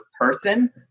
person